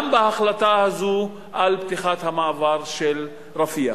גם בהחלטה הזו על פתיחת המעבר של רפיח.